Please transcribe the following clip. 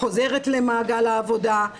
חוזרת למעגל העבודה,